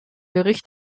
bericht